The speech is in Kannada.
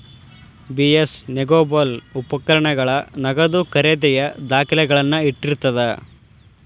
ಬಿ.ಎಸ್ ನೆಗೋಬಲ್ ಉಪಕರಣಗಳ ನಗದು ಖರೇದಿಯ ದಾಖಲೆಗಳನ್ನ ಇಟ್ಟಿರ್ತದ